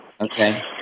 Okay